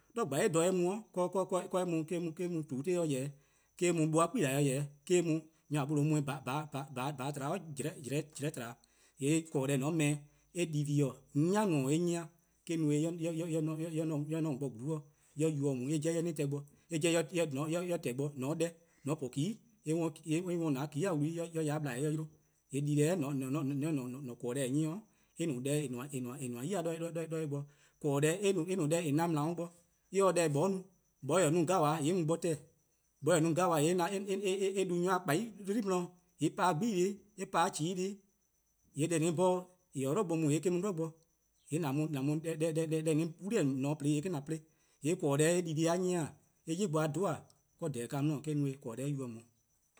'De :dha 'sluh eh mu-a 'de eh mu :tuutee'-dih :yeh-dih-', 'de :wor eh mu 'buh-a 'kpuna:-a ken :yeh-dih-', 'de :wor nyor nor-an mu-eh :faa :tba-dih, ti ne :jlehehn' :tba-dih'. :yee' :korn-deh :mor :on 'ble-eh, eh dii-deh+-: eh 'ni 'i-: en eh 'nyi-a eh-: no-eh 'de dhe 'de :on bo :gluun'-dih, 'de eh yubo 'o, 'de eh 'jeh eh-' :tehn bo, eh 'jeh :mor eh :tehn bo :mor :on po 'geh :mor eh 'worn :an-a 'geh-a 'wlu 'de eh ya 'de ple-a eh 'yle. :yee' dii-deh :mor :on taa-eh :an-a' :korn-deh-a 'nyi-' :yee' eh no 'deh :eh nmor-a 'yi-dih 'do eh bo. :korn deh eh no deh :eh na-a worn bo. eh :se deh 'moeh-a no-a :mor 'moeh taa-eh no 'gabaa :yee' eh mu bo :tehn, :mor 'moeh :taa-eh no 'gabaa :yee' eh du nyor+-a :kpaa+ 'dlu+ di-dih, eh pa 'gbu+ 'di-dih, eh pa :chuu:+ 'di-dih, :yee' deh :on se-a 'bhorn :eh 'ye-a 'dlu bo mu :yee' eh-: mu 'dlu bo-dih. :yee' 'wli-eh :on se-a :korn :on 'ye-a plo :yee' eh-: :an plo. :yee' :korn-deh-a dii-deh+-a 'nyi-a-: eh 'yli-eh bo 'dhu-eh 'de :dhehehn: ka 'di-: eh-: no-eh 'de :korn-deh-a yubo on. eh